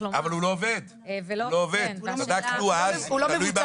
אבל הוא לא עובד, זה תלוי ברשויות.